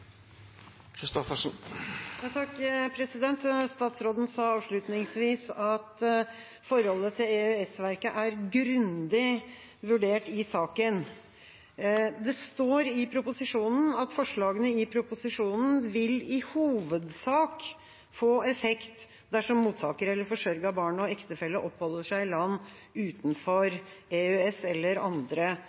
Statsråden sa avslutningsvis at forholdet til EØS-regelverket er grundig vurdert i saken. I proposisjonen står det: «Forslagene i proposisjonen vil dermed i hovedsak få effekt dersom mottaker eller forsørget barn og ektefelle oppholder seg i land utenfor EØS eller andre